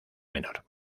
menor